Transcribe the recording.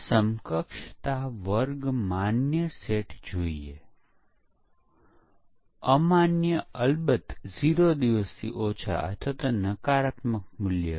તેથી કોનકરન્ટ પરીક્ષણ સામાન્ય રીતે સોફ્ટવેરના જુદા જુદા ભાગ પર અને તે ભાગના એકીકરણ માટે કરવામાં આવે છે જેમાં મોટા પ્રમાણમાં કોનકરન્ટ પરીક્ષકો વિવિધ પાસાઓ ચકાસી શકે છે